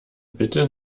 bitte